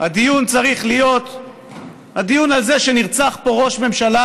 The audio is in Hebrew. הדיון צריך להיות דיון על זה שנרצח פה ראש ממשלה